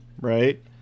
right